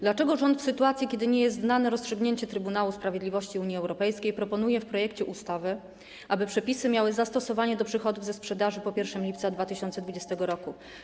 Dlaczego rząd w sytuacji, kiedy nie jest znane rozstrzygnięcie Trybunału Sprawiedliwości Unii Europejskiej, proponuje w projekcie ustawy, aby przepisy miały zastosowanie do przychodów ze sprzedaży po 1 lipca 2020 r.